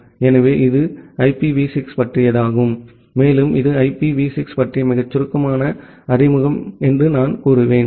எனவே இது ஐபிவி 6 பற்றியது மேலும் இது ஐபிவி 6 பற்றிய மிகச் சுருக்கமான அறிமுகம் என்று நான் கூறுவேன்